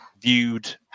viewed